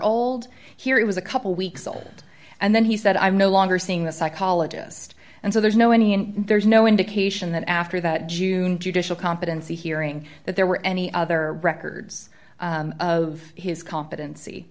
old here it was a couple weeks old and then he said i'm no longer seeing the psychologist and so there's no any and there's no indication that after that june judicial competency hearing that there were any other records of his competency